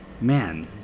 man